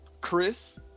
chris